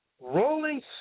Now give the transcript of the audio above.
Rolling